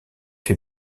fait